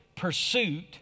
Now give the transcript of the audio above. Pursuit